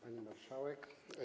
Pani Marszałek!